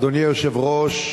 אדוני היושב-ראש,